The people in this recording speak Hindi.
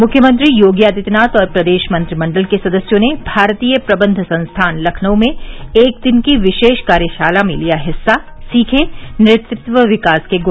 मुख्यमंत्री योगी आदित्यनाथ और प्रदेश मंत्रिमंडल के सदस्यों ने भारतीय प्रबंध संस्थान लखनऊ में एक दिन की विशेष कार्यशाला में लिया हिस्सा सीखे नेतृत्व विकास के ग्र